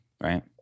right